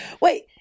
Wait